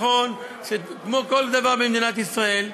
נכון שכמו כל דבר במדינת ישראל,